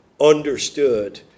understood